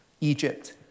Egypt